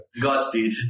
godspeed